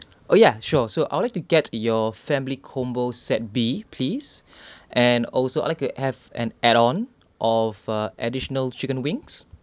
oh ya sure so I'd like to get your family combo set B please and also I'd like to have an add on of a additional chicken wings